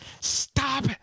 stop